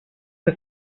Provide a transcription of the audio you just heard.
que